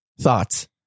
thoughts